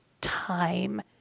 time